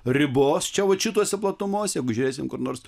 ribos čia vat šitose platumose jeigu žiūrėsim kur nors